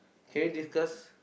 can you discuss